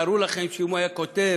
ותארו לכם שהוא היה כותב